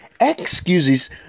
Excuses